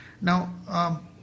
Now